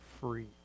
free